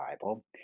Bible